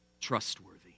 trustworthy